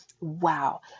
Wow